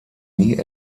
nie